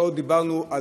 לא דיברנו,